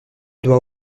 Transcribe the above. doit